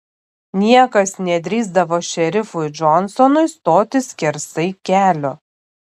niekas nedrįsdavo šerifui džonsonui stoti skersai kelio